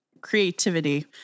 creativity